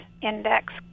Index